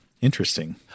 Interesting